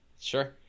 Sure